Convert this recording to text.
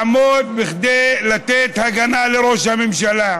לעמוד כדי לתת הגנה לראש הממשלה.